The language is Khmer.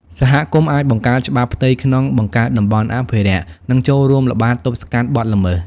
សហគមន៍អាចបង្កើតច្បាប់ផ្ទៃក្នុង បង្កើតតំបន់អភិរក្ស និងចូលរួមល្បាតទប់ស្កាត់បទល្មើស។